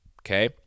okay